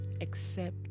accept